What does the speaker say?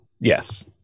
Yes